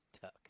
Tuck